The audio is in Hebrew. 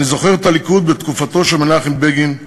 אני זוכר את הליכוד בתקופתו של מנחם בגין,